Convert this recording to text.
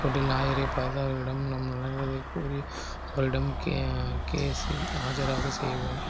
கோர்ட்டில் லாயரை பார்த்து அவர்களிடம் நாம் நடந்ததை கூறி அவரிடம் கே கேசில் ஆஜராக செய்வோம்